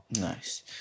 Nice